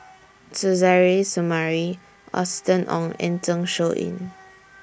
Suzairhe Sumari Austen Ong and Zeng Shouyin